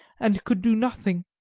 and could do nothing.